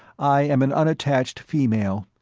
i am an unattached female.